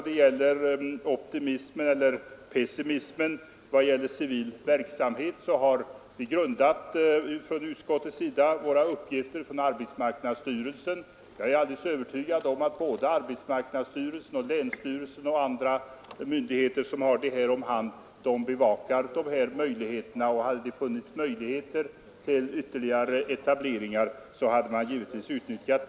Vad gäller optimismen eller pessimismen inför civil verksamhet så har utskottet byggt på uppgifter från arbetsmarknadsstyrelsen. Jag är alldeles övertygad om att arbetsmarknadsstyrelsen, länsstyrelsen och andra myndigheter bevakar sysselsättningsfrågorna, och hade det funnits möjligheter till ytterligare etableringar, så hade de naturligtvis också utnyttjats.